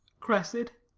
cressid,